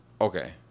Okay